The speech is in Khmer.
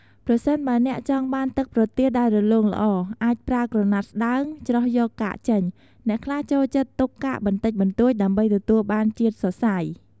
ប្រសិនបើអ្នកចង់បានទឹកប្រទាលដែលរលោងល្អ អាចប្រើក្រណាត់ស្តើង ច្រោះយកកាកចេញ អ្នកខ្លះចូលចិត្តទុកកាកបន្តិចបន្តួចដើម្បីទទួលបានជាតិសរសៃ។